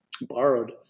borrowed